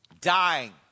dying